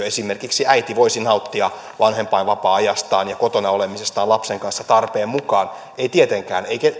esimerkiksi äiti voisi nauttia vanhempainvapaa ajastaan ja kotona olemisestaan lapsen kanssa tarpeen mukaan ei tietenkään ei